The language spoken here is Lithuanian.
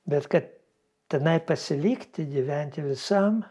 bet kad tenai pasilikti gyventi visam